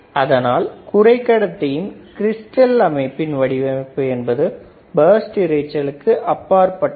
அதனால் குறைக்கடத்தி இன் கிரிஸ்டல் அமைப்பின் வடிவமைப்பு என்பது போஸ்ட் இரைச்சலுக்கு அப்பாற்பட்டது